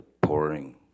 pouring